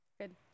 Good